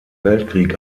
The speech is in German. weltkrieg